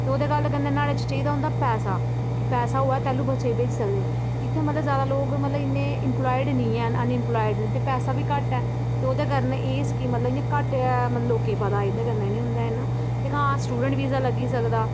ओह्दे कारण न्हाड़े च चाहिदा होंदा पैसा कि पैसा होऐ तैलूं बच्चे ई भेजी सकदे इ'त्थें मतलब जादा लोग इ'न्ने एंप्लॉयड निं ऐ अनएंप्लॉयड न ते पैसा बी घट्ट ऐ ते ओह्दे कारण एह् स्कीमां मतलब घट्ट लोकें ई पता एह्दे कन्नै निं होंदा इ'न्ना ते ना स्टूडेंट वीज़ा लग्गी सकदा